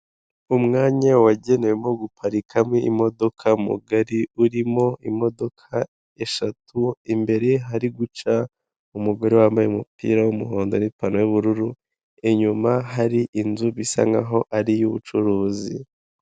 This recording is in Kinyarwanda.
Umwanya wagenewemo guparikamo imodoka mugari. Urimo imodoka eshatu, imbere hari guca umugore wambaye umupira w'umuhondo n'ipantaro y'ubururu. Inyuma hari inzu bisa nk'aho ari iy'ubucuruzi.